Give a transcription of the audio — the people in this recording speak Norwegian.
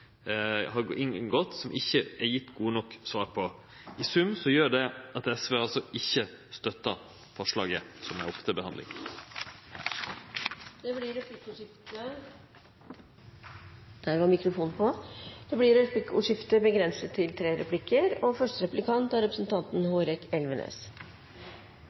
har inngått, som det ikkje er gjeve gode nok svar på. I sum gjer det at SV ikkje støttar forslaget som er til behandling. Det blir replikkordskifte.